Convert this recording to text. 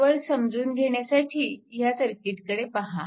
केवळ समजून घेण्यासाठी ह्या सर्किटकडे पहा